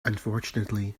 unfortunately